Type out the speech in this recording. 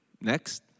Next